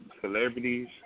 celebrities